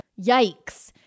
Yikes